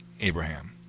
Abraham